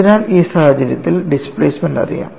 അതിനാൽ ഈ സാഹചര്യത്തിൽ ഡിസ്പ്ലേസ്മെൻറ് അറിയാം